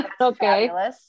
Okay